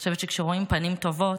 אני חושבת שכשרואים פנים טובות,